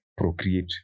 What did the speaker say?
procreate